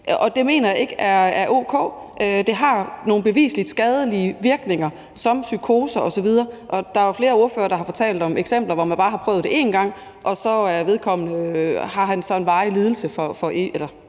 det mener jeg ikke er o.k. Det har nogle bevisligt skadelige virkninger som psykoser osv. Og der er jo flere ordførere, der har fortalt om eksempler på, at hvis man bare har prøvet det én gang, kan man have en lidelse for